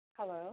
Hello